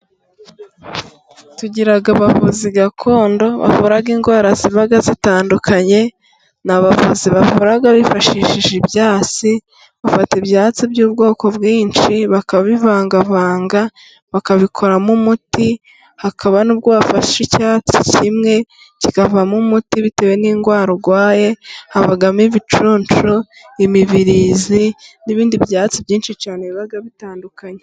Tugira abavuzi gakondo, bavura indwara ziba zitandukanye, ni abavuzi bavura bifashishije ibyatsi, bafata ibyatsi by'ubwoko bwinshi, bakabivangavanga, bakabikoramo umuti, hakaba n'ubwo bafashe icyatsi kimwe kikavamo umuti, bitewe n'indwara urwaye, habamo ibicunshu, imibirizi, n'ibindi byatsi byinshi cyane biba bitandukanye.